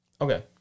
Okay